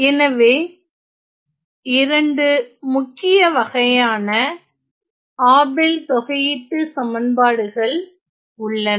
எனவே இரண்டு முக்கிய வகையான ஆபெல் தொகையீட்டுச்சமன்பாடுகள் உள்ளன